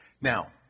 Now